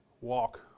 walk